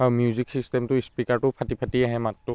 আৰু মিউজিক ছিষ্টেমটো স্পীকাৰটোও ফটি ফাটি আহে মাতটো